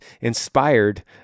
inspired